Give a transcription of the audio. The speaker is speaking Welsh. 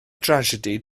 drasiedi